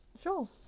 Sure